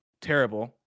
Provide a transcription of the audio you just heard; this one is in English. terrible